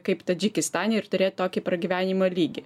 kaip tadžikistane ir turėt tokį pragyvenimo lygį